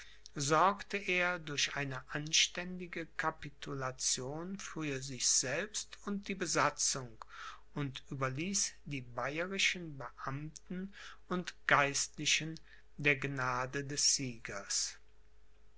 sorgte er durch eine anständige capitulation für sich selbst und die besatzung und überließ die bayerischen beamten und geistlichen der gnade des siegers